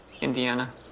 Indiana